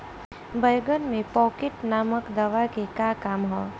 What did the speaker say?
बैंगन में पॉकेट नामक दवा के का काम ह?